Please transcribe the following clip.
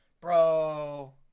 bro